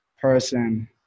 person